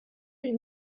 une